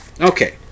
Okay